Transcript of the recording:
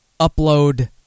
upload